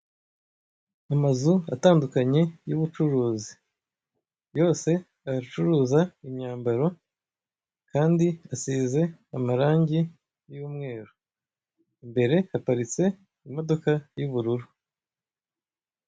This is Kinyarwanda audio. Amazu atandukanye y'ubucuruzi, yose aracuruza imyambaro kandi asize amarangi y'umweru, imbere haparitse imodoka y'ubururu.